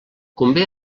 convé